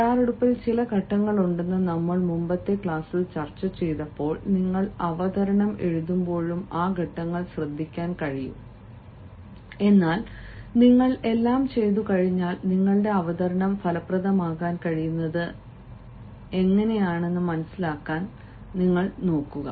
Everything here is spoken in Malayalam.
തയ്യാറെടുപ്പിൽ ചില ഘട്ടങ്ങളുണ്ടെന്ന് നമ്മൾ മുമ്പത്തെ ക്ലാസ്സിൽ ചർച്ചചെയ്തപ്പോൾ നിങ്ങൾ അവതരണം എഴുതുമ്പോഴും ആ ഘട്ടങ്ങൾ ശ്രദ്ധിക്കാൻ കഴിയും എന്നാൽ നിങ്ങൾ എല്ലാം ചെയ്തുകഴിഞ്ഞാൽ നിങ്ങളുടെ അവതരണം ഫലപ്രദമാക്കാൻ കഴിയുന്നത് എന്താണെന്ന് മനസിലാക്കാൻ ഞങ്ങളെ അനുവദിക്കുക